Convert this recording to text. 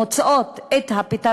האם הוא מוצא את הפתרונות,